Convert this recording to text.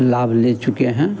लाभ ले चुके हैं